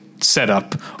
setup